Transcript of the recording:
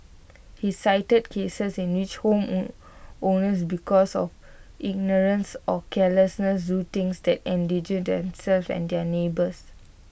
he cited cases in which homeowners because of ignorance or carelessness do things that endanger themselves and their neighbours